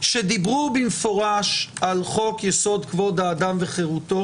שדיברו במפורש על חוק-יסוד: כבוד האדם וחירותו,